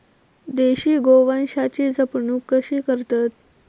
देशी गोवंशाची जपणूक कशी करतत?